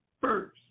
first